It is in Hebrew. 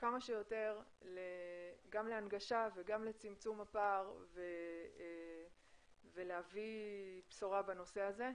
כמה שיותר גם להנגשה וגם לצמצום הפער ולהביא בשורה בנושא הזה.